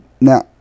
now